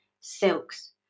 silks